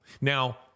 Now